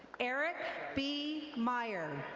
eric b. meyer.